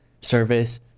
service